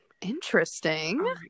Interesting